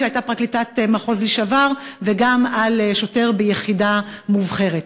שהייתה פרקליטת מחוז וגם על שוטר ביחידה מובחרת,